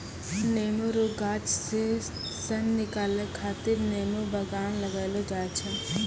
नेमो रो गाछ से सन निकालै खातीर नेमो बगान लगैलो जाय छै